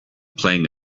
playing